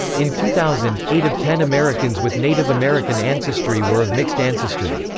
in two thousand, eight of ten americans with native american ancestry were of mixed ancestry.